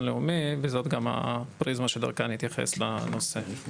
לאומי וזאת גם הפריזמה שדרכה אני אתייחס לנושא.